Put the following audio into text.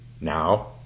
now